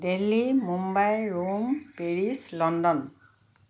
Delhi Mumbai Rome Paris London